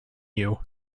you